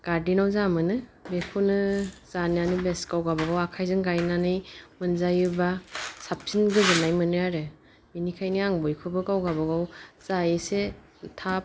गार्डेनाव जा मोनो बेखौनो जानानै बेस्ट गाव गावबागाव आखायजों गायनानै मोनजायोबा साबसिन गोजोननाय मोनो आरो बिनिखायनो आं बयखौबो गाव गावबागाव जा एसे थाब